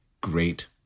great